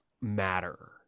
matter